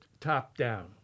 top-down